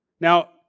Now